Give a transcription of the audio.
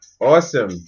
Awesome